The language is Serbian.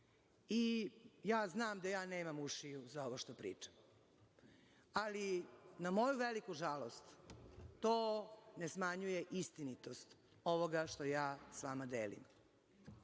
radi. Znam ja da nema ušiju za ovo što pričam, ali na moju veliku žalost, to ne smanjuje istinitost ovoga što ja s vama delim.